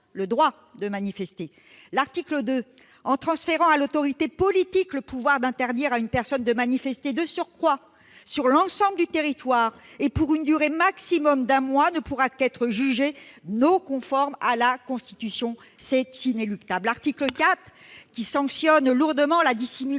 le droit de manifester. L'article 2, en transférant à l'autorité politique le pouvoir d'interdire à une personne de manifester, de surcroît, sur l'ensemble du territoire et pour une durée maximum d'un mois, ne pourra qu'être jugé non conforme à la Constitution. C'est inéluctable ! L'article 4, qui sanctionne lourdement la dissimulation